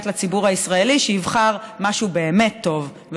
לציבור הישראלי שיבחר משהו באמת טוב,